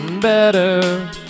Better